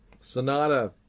Sonata